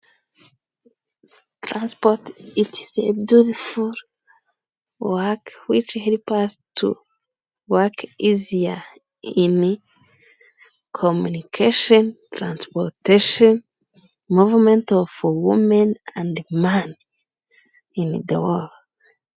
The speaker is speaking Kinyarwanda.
Transport it is a beautiful work wich help us to work easier in communication, transportation, movement of women and man in the world.